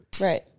Right